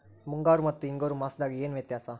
ಮುಂಗಾರು ಮತ್ತ ಹಿಂಗಾರು ಮಾಸದಾಗ ಏನ್ ವ್ಯತ್ಯಾಸ?